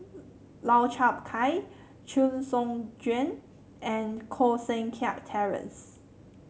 Lau Chiap Khai Chee Soon Juan and Koh Seng Kiat Terence